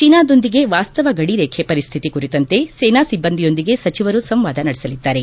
ಚೀನಾದೊಂದಿಗೆ ವಾಸ್ತವ ಗಡಿರೇಖೆ ಪರಿಸ್ಥಿತಿ ಕುರಿತಂತೆ ಸೇನಾ ಸಿಬ್ಲಂದಿಯೊಂದಿಗೆ ಸಚಿವರು ಸಂವಾದ ನಡೆಸಲಿದ್ದಾರೆ